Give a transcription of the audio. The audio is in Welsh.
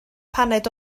paned